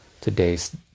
today's